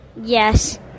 Yes